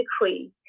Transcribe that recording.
decree